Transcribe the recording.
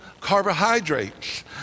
carbohydrates